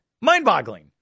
Mind-boggling